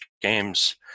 Games